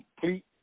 complete